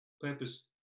purpose